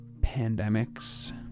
pandemics